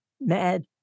Mad